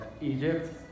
Egypt